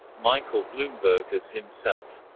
michael bloomberg as himself